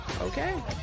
Okay